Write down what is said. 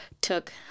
took